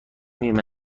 بیمه